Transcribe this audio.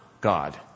God